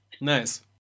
Nice